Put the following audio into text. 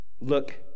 Look